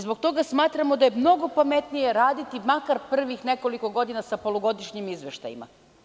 Zbog toga smatramo da je mnogo pametnije raditi makar prvih nekoliko godina sa polugodišnjim izveštajima.